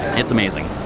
it's amazing.